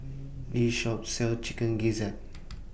This Shop sells Chicken Gizzard